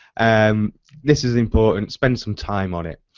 and um this is important, spend some time on it.